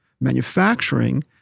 manufacturing